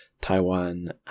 Taiwan